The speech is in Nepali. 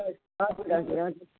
हजुर हजुर हजुर